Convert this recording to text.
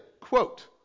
quote